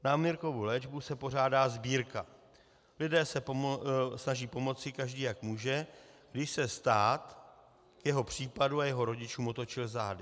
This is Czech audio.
Na Mirkovu léčbu se pořádá sbírka, lidé se snaží pomoci, každý jak může, když se stát k jeho případu a k jeho rodičům otočil zády.